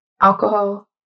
Alcohol